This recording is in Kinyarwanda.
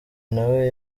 nawe